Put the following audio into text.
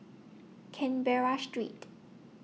Canberra Street